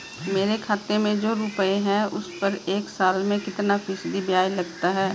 मेरे खाते में जो रुपये हैं उस पर एक साल में कितना फ़ीसदी ब्याज लगता है?